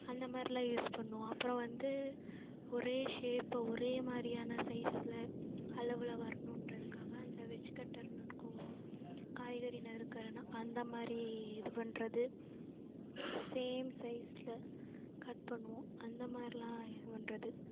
அந்தமாதிரிலாம் யூஸ் பண்ணுவோம் அப்புறம் வந்து ஒரே ஷேஃப்பை ஒரேமாதிரியான சைஸில் அளவில் வர்ணுன்றதுக்காக அந்த வெஜ் கட்டர்னு இருக்கும் காய்கறி நறுக்கிறதுனா அந்தமாதிரி இது பண்ணுறது சேம் சைஸில் கட் பண்ணுவோம் அந்தமாதிரிலாம் இது பண்ணுறது